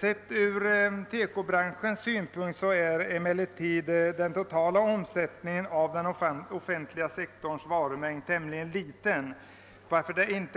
Den totala omsättningen av TEKO produkter är en tämligen liten del av den offentliga sektorns varumängd och den